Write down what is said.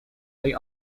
they